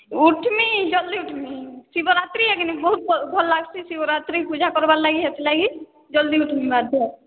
ଉଠିମି ଜଲ୍ଦି ଉଠିମି ଶିବରାତ୍ରି ହେ କି ନି ବହୁତ ଭଲ ଲାଗୁଛେ ଶିବରାତ୍ରି ପୁଜା କରିବାର ଲାଗି ସେଥିଲାଗି ଜଲ୍ଦି ଉଠିମି ବାଧ୍ୟ